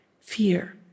fear